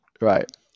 Right